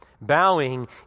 bowing